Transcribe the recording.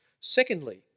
Secondly